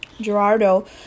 Gerardo